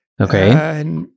Okay